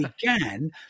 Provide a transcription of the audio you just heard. began